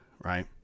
right